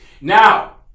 Now